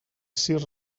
sis